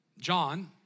John